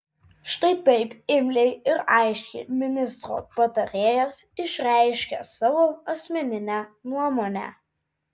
štai taip imliai ir aiškiai ministro patarėjas išreiškia savo asmeninę nuomonę